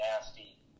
nasty